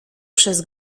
przez